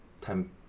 time